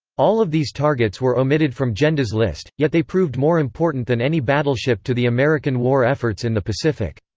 all of these targets were omitted from genda's list, yet they proved more important than any battleship to the american war efforts in the pacific.